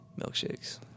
Milkshakes